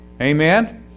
Amen